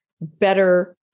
better